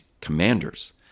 commanders